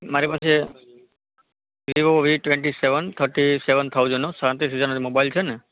મારી પાસે Vivo V twenty seven thirty seven thousand સાડત્રીસ હજારનો જે મોબાઈલ છે ને